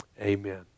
amen